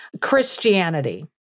Christianity